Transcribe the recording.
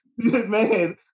Man